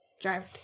Drive